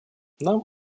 нам